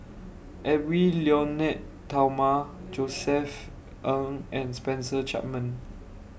Edwy Lyonet Talma Josef Ng and Spencer Chapman